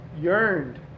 yearned